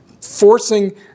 forcing